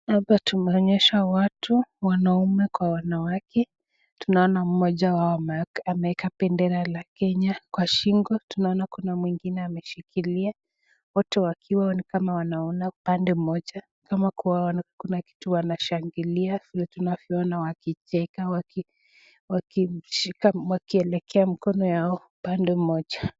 Hapa tumeonyeshwa watu wanaume kwa wanawake tunaona mmoja wao ameweka bendera la kenya kwa shingo tunaona kuna mwingine ameshikilia wote wakiwa wanaona upande mmoja kama kuna kitu wanashangilia vile tunavyoona wakicheka wakielekea mkono yao upande mmoja.